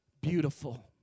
beautiful